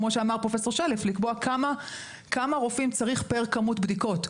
כמו שאמר פרופ' שלף לקבוע כמה רופאים צריך פר כמות בדיקות,